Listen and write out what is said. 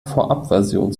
vorabversion